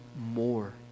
more